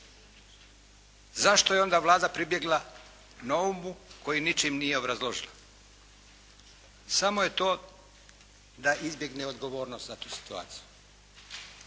Zašto je onda Vlada pribjegla naumu koji ničim nije obrazložila? Samo je to da izbjegne odgovornost za tu situaciju.